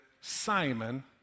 Simon